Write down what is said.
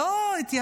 זו לא התיישבות,